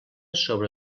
sobre